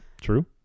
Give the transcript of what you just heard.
True